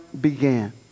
began